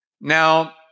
Now